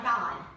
God